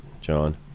John